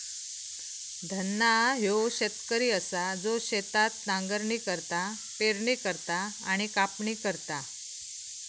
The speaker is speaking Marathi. धन्ना ह्यो शेतकरी असा जो शेतात नांगरणी करता, पेरणी करता आणि कापणी करता